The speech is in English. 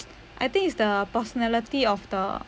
I think is the personality of the